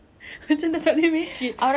saya rasa saya chef bob awak rasa